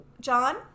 John